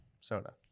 soda